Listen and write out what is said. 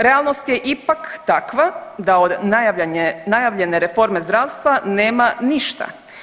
Realnost je ipak takva da od najavljene reforme zdravstva nema ništa.